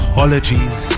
Apologies